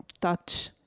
touch